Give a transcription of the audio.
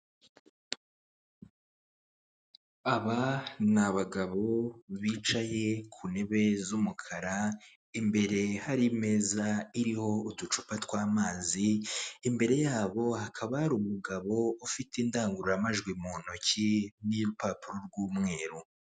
Aba ni abagabo bicaye ku ntebe z'umukara imbere hari imeza iriho uducupa tw'amazi, imbere yabo hakaba hari umugabo ufite indangururamajwi mu ntoki n'urupapuro rw'umweru.